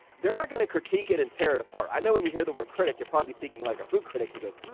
they're not going to critique it and tear it apart, i know when you hear the word critic, you're probably thinking like a food critic who goes